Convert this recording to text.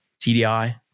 TDI